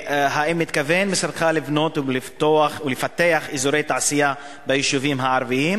האם מתכוון משרדך לבנות ולפתח אזורי תעשייה ביישובים הערביים?